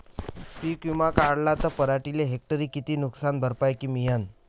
पीक विमा काढला त पराटीले हेक्टरी किती नुकसान भरपाई मिळीनं?